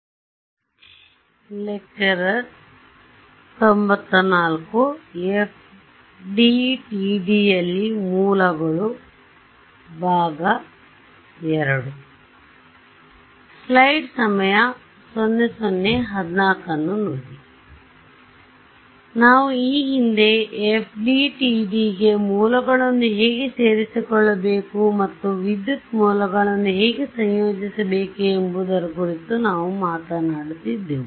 ಆದ್ದರಿಂದ ನಾವು ಈ ಹಿಂದೆ FDTD ಗೆ ಮೂಲಗಳನ್ನು ಹೇಗೆ ಸೇರಿಸಿಕೊಳ್ಳಬೇಕು ಮತ್ತು ವಿದ್ಯುತ್ ಮೂಲಗಳನ್ನು ಹೇಗೆ ಸಂಯೋಜಿಸಬೇಕು ಎಂಬುದರ ಕುರಿತು ನಾವು ಮಾತನಾಡುತ್ತಿದ್ದೇವೆ